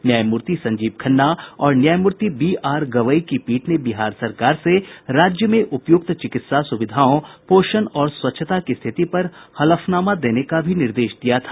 न्यायमूर्ति संजीव खन्ना और न्यायमूर्ति बी आर गवई की पीठ ने बिहार सरकार से राज्य में उपयुक्त चिकित्सा सुविधाओं पोषण और स्वच्छता की स्थिति पर हलफनामा देने का भी निर्देश दिया था